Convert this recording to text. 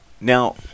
Now –